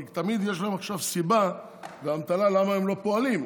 כי תמיד יש להם סיבה ואמתלה למה הם לא פועלים.